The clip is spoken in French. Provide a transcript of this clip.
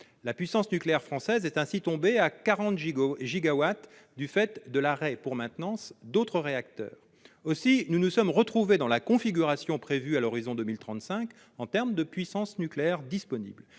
La puissance nucléaire française est ainsi tombée à 40 gigawatts du fait de l'arrêt pour maintenance d'autres réacteurs. Aussi nous sommes-nous retrouvés dans la configuration prévue à l'horizon de 2035 en termes de puissance nucléaire disponible.